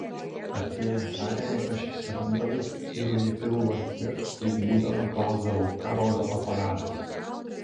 artėjant sąrėmiui aš įsiremdavau vyrui į pilvą ir taip būdama klausdavau ką rodo aparatas